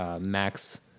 max